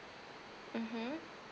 mmhmm